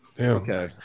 Okay